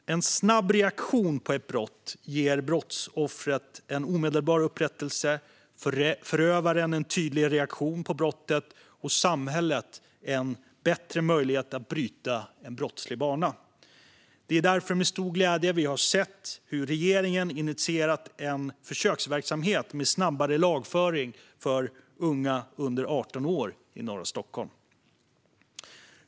En snabb reaktion på ett brott ger brottsoffret en omedelbar upprättelse, förövaren en tydlig reaktion på brottet och samhället en bättre möjlighet att bryta en brottslig bana. Det är därför med stor glädje vi har sett hur regeringen initierat en försöksverksamhet med snabbare lagföring för unga under 18 år i norra Stockholm.